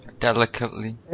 Delicately